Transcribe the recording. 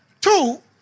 Two